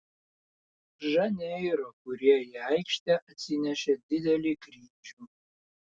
žaneiro kurie į aikštę atsinešė didelį kryžių